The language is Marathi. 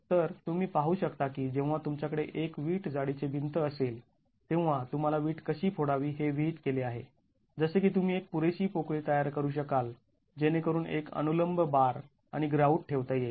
तर तुम्ही पाहू शकता की जेव्हा तुमच्याकडे एक विट जाडीची भिंत असेल तेव्हा तुम्हाला विट कशी फोडावी हे विहित केले आहे जसे की तुम्ही एक पुरेशी पोकळी तयार करू शकाल जेणेकरून एक अनुलंब बार आणि ग्राउट ठेवता येईल